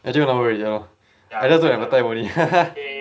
actually one hour already ya lor I just look at my time only